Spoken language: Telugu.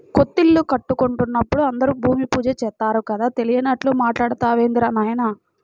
కొత్తిల్లు కట్టుకుంటున్నప్పుడు అందరూ భూమి పూజ చేత్తారు కదా, తెలియనట్లు మాట్టాడతావేందిరా నాయనా